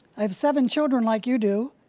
i have seven children like you do,